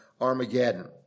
Armageddon